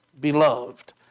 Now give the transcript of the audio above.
beloved